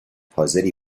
حاضری